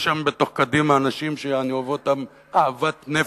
יש שם בתוך קדימה אנשים שאני אוהב אותם אהבת נפש,